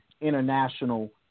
international